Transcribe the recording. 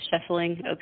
shuffling